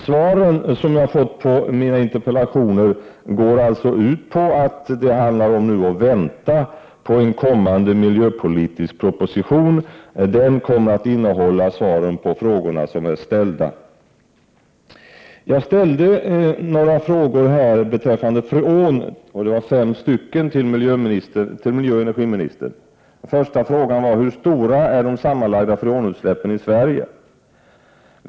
Svaret som jag har fått på mina interpellationer går ut på att det handlar om att vänta på en kommande miljöpolitisk proposition. Den kommer att innehålla svaren på de ställda frågorna. Jag ställde fem frågor om freon till miljöoch energiministern: 1. Hur stora är de sammanlagda freonutsläppen i Sverige? 2.